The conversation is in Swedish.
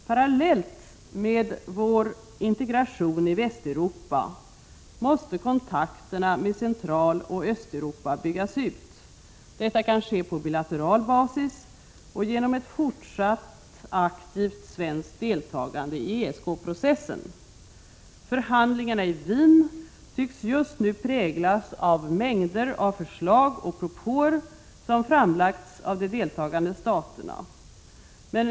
Parallellt med att vår integration i Västeuropa ökar måste kontakterna med Centraloch Östeuropa byggas ut. Detta kan ske på bilateral basis och genom ett fortsatt aktivt svenskt deltagande i ESK-processen. Förhandlingarna i Wien tycks just nu präglas av mängder av förslag och propåer som framlagts av de deltagande staterna.